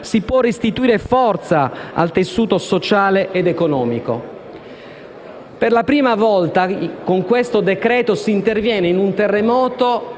si può restituire forza al tessuto sociale ed economico. Per la prima volta, con questo decreto-legge, si interviene dopo un terremoto